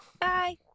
bye